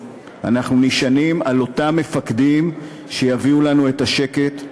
אנחנו נשענים על אותם מפקדים שיביאו לנו את השקט,